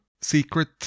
secret